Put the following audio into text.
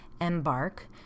Embark